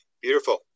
beautiful